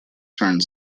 turned